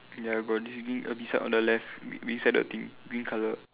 ya got this green beside one the left be~ beside the thing green colour